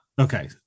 Okay